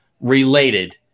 related